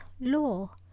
Law